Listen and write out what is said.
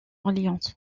orléans